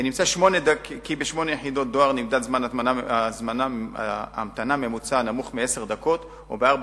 כי בשמונה יחידות דואר נמדד זמן המתנה הנמוך מעשר דקות ובארבע